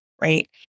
right